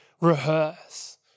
rehearse